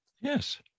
Yes